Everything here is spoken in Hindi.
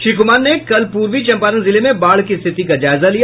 श्री कुमार ने कल पूर्वी चंपारण जिले में बाढ की स्थिति का जायजा लिया